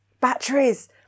Batteries